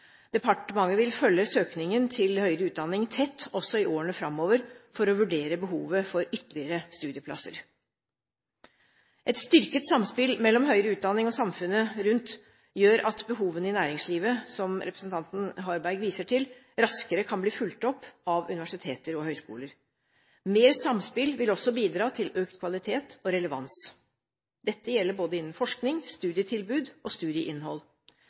Departementet vil følge søkningen til høyere utdanning tett, også i årene framover, for å vurdere behovet for ytterligere studieplasser. Et styrket samspill mellom høyere utdanning og samfunnet rundt gjør at behovene i næringslivet som representanten Harberg viser til, raskere kan bli fulgt opp av universiteter og høyskoler. Mer samspill vil også bidra til økt kvalitet og relevans. Dette gjelder både innen forskning, studietilbud og studieinnhold.